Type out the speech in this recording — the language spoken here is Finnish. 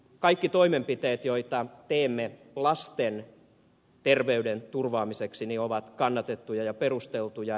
kaikki toimenpiteet joita teemme lasten terveyden turvaamiseksi ovat kannatettavia ja perusteltuja